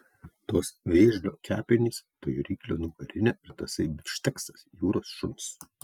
tos vėžlio kepenys toji ryklio nugarinė ir tasai bifšteksas jūros šuns